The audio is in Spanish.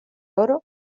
oro